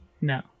No